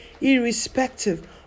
irrespective